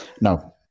No